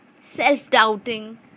self-doubting